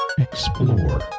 Explore